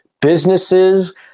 businesses